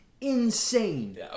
insane